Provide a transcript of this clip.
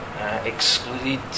excluded